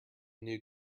new